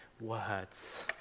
words